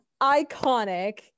iconic